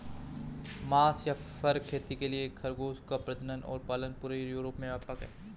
मांस और फर खेती के लिए खरगोशों का प्रजनन और पालन पूरे यूरोप में व्यापक है